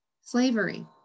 slavery